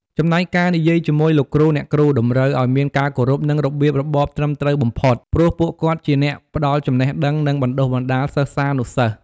ចំណែកការនិយាយជាមួយ លោកគ្រូ អ្នកគ្រូ តម្រូវឱ្យមានការគោរព និងរបៀបរបបត្រឹមត្រូវបំផុត ព្រោះពួកគាត់ជាអ្នកផ្ដល់ចំណេះដឹង និងបណ្ដុះបណ្ដាលសិស្សានុសិស្ស។